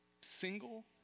Single